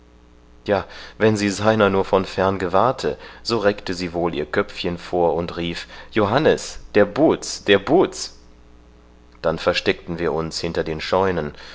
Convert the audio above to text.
ja wenn sie seiner nur von fern gewahrte so reckte sie wohl ihr köpfchen vor und rief johannes der buhz der buhz dann versteckten wir uns hinter den scheunen